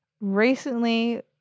Recently